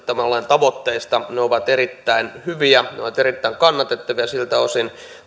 tämän lain tavoitteista ne ovat erittäin hyviä ne ovat erittäin kannatettavia ja siltä osin